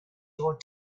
your